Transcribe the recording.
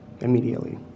Immediately